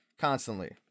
constantly